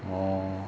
orh